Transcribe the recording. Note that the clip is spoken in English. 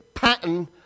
Pattern